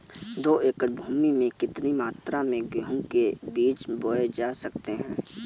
दो एकड़ भूमि में कितनी मात्रा में गेहूँ के बीज बोये जा सकते हैं?